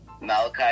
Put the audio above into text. malachi